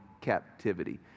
captivity